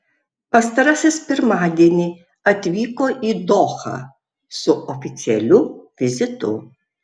pastarasis pirmadienį atvyko į dohą su oficialiu vizitu